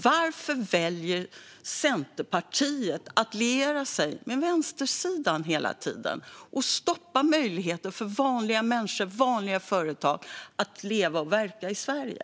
Varför väljer Centerpartiet att liera sig med vänstersidan hela tiden och stoppa möjligheten för vanliga människor och företag att leva och verka i Sverige?